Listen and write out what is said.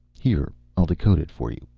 here, i'll decode it for you.